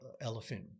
Elephant